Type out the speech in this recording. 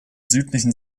südlichen